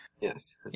Yes